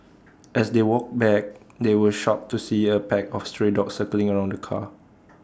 as they walked back they were shocked to see A pack of stray dogs circling around the car